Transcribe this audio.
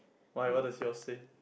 why what does yours say